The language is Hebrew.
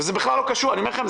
אני אומר לכם,